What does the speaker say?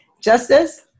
Justice